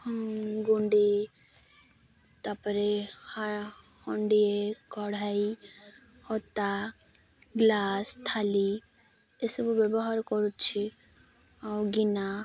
ଗୁଣ୍ଡି ତା'ପରେ ହାଣ୍ଡି କଢ଼ାଇ ହତା ଗ୍ଲାସ୍ ଥାଳି ଏସବୁ ବ୍ୟବହାର କରୁଛି ଆଉ ଗିନା